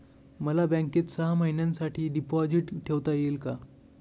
मला बँकेत सहा महिन्यांसाठी डिपॉझिट ठेवता येईल का?